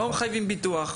לא מחייבים ביטוח,